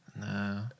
No